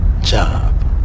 job